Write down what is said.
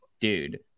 dude